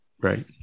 right